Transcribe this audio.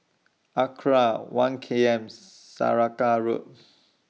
Acra one K M Saraca Road